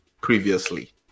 previously